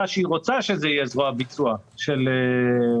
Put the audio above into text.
שהיא רוצה שזה יהיה זרוע ביצוע של המשרד.